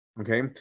Okay